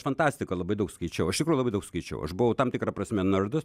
fantastiką labai daug skaičiau iš tikrųjų labai daug skaičiau aš buvau tam tikra prasme nardas